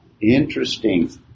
Interesting